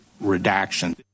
redaction